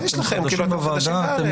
מה יש לכם, כאילו אנחנו חדשים בארץ.